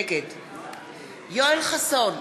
נגד יואל חסון,